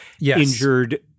injured